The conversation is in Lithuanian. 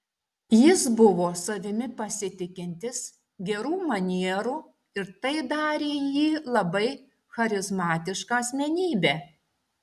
jis buvo savimi pasitikintis gerų manierų ir tai darė jį labai charizmatiška asmenybe